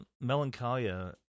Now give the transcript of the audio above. Melancholia